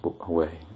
away